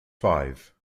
five